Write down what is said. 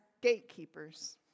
gatekeepers